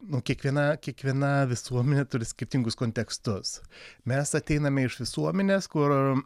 nu kiekviena kiekviena visuomenė turi skirtingus kontekstus mes ateiname iš visuomenės kur